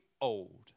old